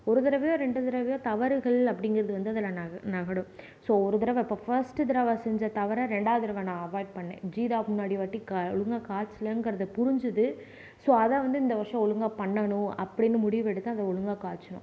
ஒரு தடவையோ ரெண்டு தடவையோ தவறுகள் அப்படிங்கறது வந்து அதில் நகடும் ஸோ ஒரு தடவை இப்போ ஃபர்ஸ்ட் தடவை செஞ்ச தவறை ரெண்டாவது தடவை நான் அவாய்ட் பண்னேன் ஜீரா முன்னாடி வாட்டி கா என்ன காய்ச்சலங்கிறத புரிஞ்சது ஸோ அதை வந்து இந்த வருஷோம் ஒழுங்காக பண்ணனும் அப்படின்னு முடிவு எடுத்த அதை ஒழுங்காக காய்ச்சினோம்